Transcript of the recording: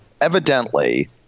evidently